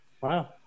Wow